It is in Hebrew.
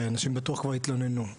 אנשים בטוח כבר התלוננו.